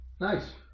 Nice